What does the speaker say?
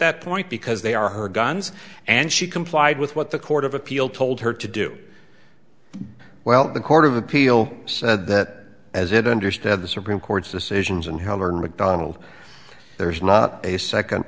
that point because they are her guns and she complied with what the court of appeal told her to do well the court of appeal said that as it understood the supreme court's decisions and how learned macdonald there's not a second